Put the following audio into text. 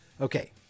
Okay